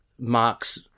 Mark's